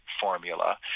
formula